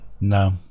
No